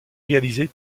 réaliser